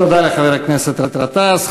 תודה לחבר הכנסת גטאס.